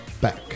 back